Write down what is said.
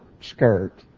Skirt